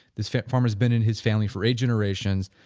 this farm has been in his family for eight generations,